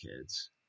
kids